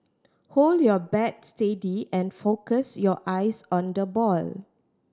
hold your bat steady and focus your eyes on the ball